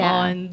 on